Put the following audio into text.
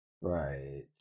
Right